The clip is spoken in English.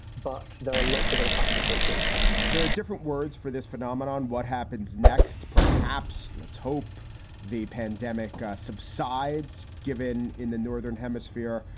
but there are lots of other factors here, too there are different words for this phenomenon. what happens next? perhaps. let's hope the pandemic subsides given in the northern hemisphere,